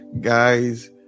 guys